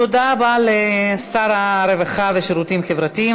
תודה רבה לשר הרווחה והשירותים החברתיים.